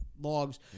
logs